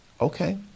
okay